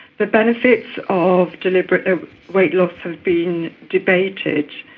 but benefits of deliberate weight loss has been debated.